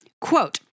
Quote